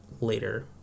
later